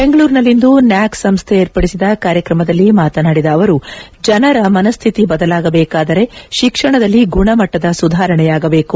ಬೆಂಗಳೂರಿನಲ್ಲಿಂದು ನ್ನಾಕ್ ಸಂಸ್ನೆ ಏರ್ಪಡಿಸಿದ ಕಾರ್ಯಕ್ರಮದಲ್ಲಿ ಮಾತನಾಡಿದ ಅವರು ಜನರ ಮನ್ನುತಿ ಬದಲಾಗಬೇಕಾದರೆ ಶಿಕ್ಷಣದಲ್ಲಿ ಗುಣಮಟ್ನದ ಸುಧಾರಣೆಯಾಗಬೇಕು